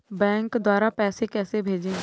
Bank द्वारा पैसे कैसे भेजें?